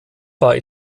war